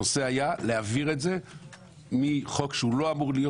הנושא היה להעביר את זה מחוק שהוא לא אמור להיות